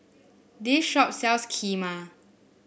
this shop sells Kheema